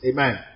Amen